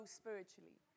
spiritually